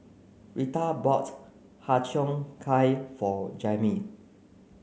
Reatha bought Har Cheong Gai for Jamir